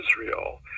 israel